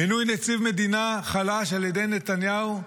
מינוי נציב מדינה חלש על ידי נתניהו,